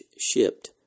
shipped